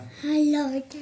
Hello